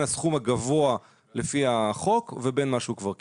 הסכום הגבוה לפי החוק ובין מה שהוא כבר קיבל.